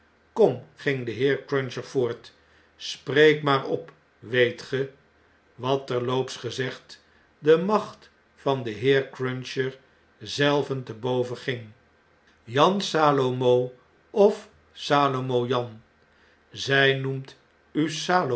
kom l ging de heer cruncher voort b spreek maar op weet ge i wat terloops gezegd de macht van den heer cruncher zelven te doyen ging jan salomo of salomo jan zy noemt